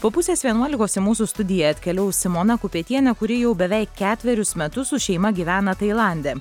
po pusės vienuolikos į mūsų studiją atkeliaus simona kupetienė kuri jau beveik ketverius metus su šeima gyvena tailande